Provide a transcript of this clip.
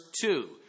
two